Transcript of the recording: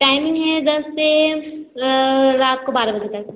timing है दस से रात को बारह बजे तक